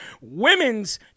women's